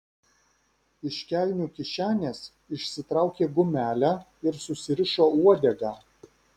iš kelnių kišenės išsitraukė gumelę ir susirišo uodegą